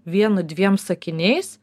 vienu dviem sakiniais